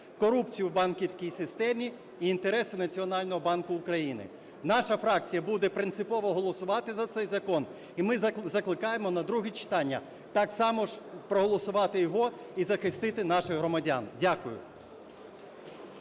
корупцію в банківській системі і інтереси Національного банку України. Наша фракція буде принципово голосувати за цей закон. І ми закликаємо на друге читання так само проголосувати його і захистити наших громадян. Дякую.